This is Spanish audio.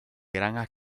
granjas